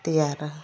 ᱛᱮᱭᱟᱨᱟ